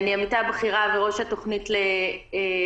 אני עמיתה בכירה וראש התכנית לדמוקרטיה